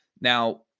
Now